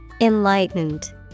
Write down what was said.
Enlightened